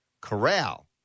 corral